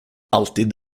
alltid